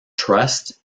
trust